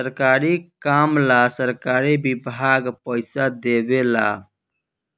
सरकारी काम ला सरकारी विभाग पइसा देवे ला